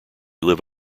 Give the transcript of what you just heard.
live